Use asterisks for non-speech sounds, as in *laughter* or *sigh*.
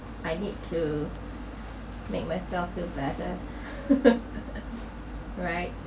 I need to make myself feel better *laughs* right